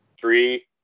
Three